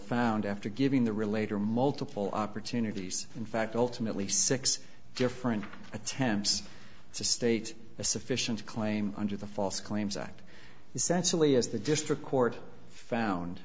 found after giving the relator multiple opportunities in fact ultimately six different attempts to state a sufficient claim under the false claims act essentially as the district court found